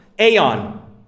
aeon